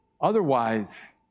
Otherwise